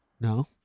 no